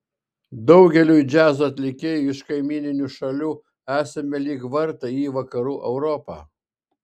daugeliui džiazo atlikėjų iš kaimyninių šalių esame lyg vartai į vakarų europą